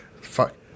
Fuck